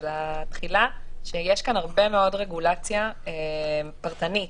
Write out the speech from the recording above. התחילה שיש כאן הרבה מאוד רגולציה פרטנית,